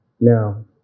Now